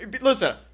Listen